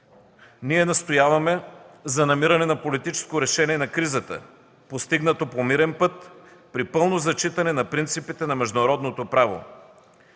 Ние настояваме за намиране на политическо решение на кризата, постигнато по мирен път, при пълно зачитане на принципите на международното право.